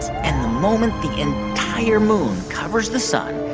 and the moment the entire moon covers the sun,